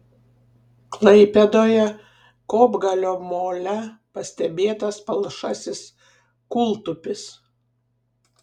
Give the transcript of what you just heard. klaipėdoje kopgalio mole pastebėtas palšasis kūltupis